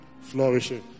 flourishing